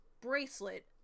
bracelet